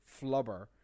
Flubber